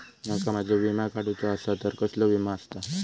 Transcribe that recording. माका माझो विमा काडुचो असा तर कसलो विमा आस्ता?